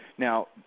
Now